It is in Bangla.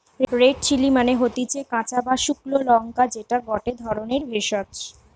রেড চিলি মানে হতিছে কাঁচা বা শুকলো লঙ্কা যেটা গটে ধরণের ভেষজ